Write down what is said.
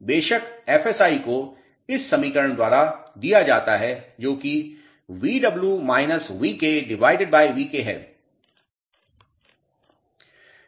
बेशक एफएसआई को इस समीकरण द्वारा दिया जाता है जो कि Vk है